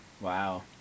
Wow